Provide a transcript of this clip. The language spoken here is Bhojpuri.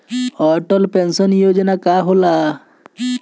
अटल पैंसन योजना का होला?